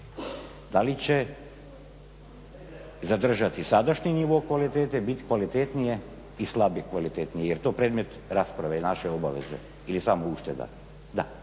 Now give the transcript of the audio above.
Da li će zadržati sadašnji nivo kvalitete, bit kvalitetnije i slabije kvalitetnije. Je li to predmet rasprave naše obaveze ili samo ušteda?